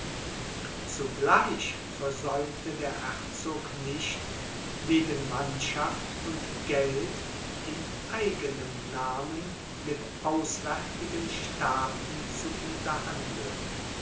zugleich versäumte der herzog nicht wegen mannschaft und geld in eigenem namen mit auswärtigen staaten zu unterhandeln